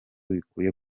bikwiye